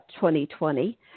2020